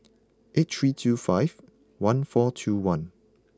eight three two five one four two one